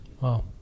Wow